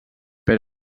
per